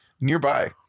nearby